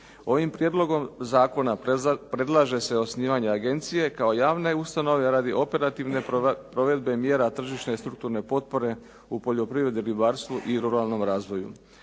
Ovim prijedlogom zakona predlaže se osnivanje agencije kao javne ustanove radi operativne provedbe mjera tržišne i strukturne potpore u poljoprivredi, ribarstvu i ruralnom razvoju.